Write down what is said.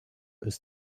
ist